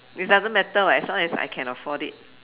it doesn't matter [what] as long as I can afford it